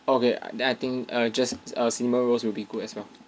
okay then I think err just err cinnamon rolls will be good as well